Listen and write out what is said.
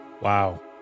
Wow